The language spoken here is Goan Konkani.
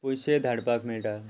पयशे धाडपाक मेळटा